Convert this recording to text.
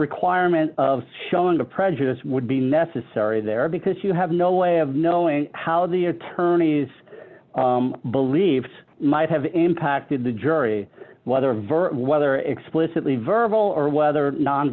requirement of showing the prejudice would be necessary there because you have no way of knowing how the attorneys believe might have impacted the jury whether virt whether explicitly verbal or whether